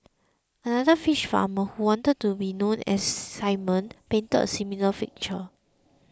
another fish farmer who only wanted to be known as Simon painted a similar picture